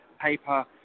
paper